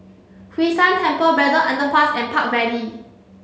Hwee San Temple Braddell Underpass and Park Vale